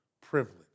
privilege